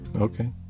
Okay